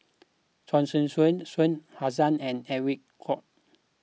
Chia Choo Suan Shah Hussain and Edwin Koek